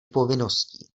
povinností